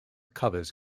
covers